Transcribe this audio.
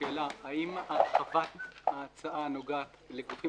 שאלה: האם הרחבת ההצעה נוגעת לגופים